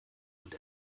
und